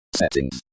settings